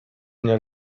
nie